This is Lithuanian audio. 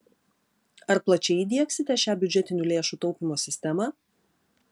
ar plačiai įdiegsite šią biudžetinių lėšų taupymo sistemą